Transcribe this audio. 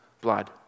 blood